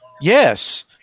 Yes